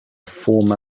former